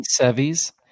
sevies